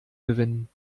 gewinnen